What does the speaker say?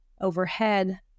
overhead